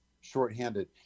shorthanded